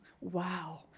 Wow